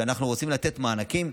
שבה אנחנו רוצים לתת מענקים,